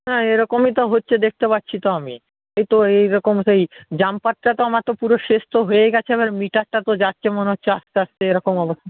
না এরকমই তো হচ্ছে দেখতে পাচ্ছি তো আমি এই তো এইরকম সেই জাম্পারটা তো আমার তো পুরো শেষ তো হয়েই গেছে এবার মিটারটা তো যাচ্ছে মনে হচ্ছে আস্তে আস্তে এরকম অবস্থা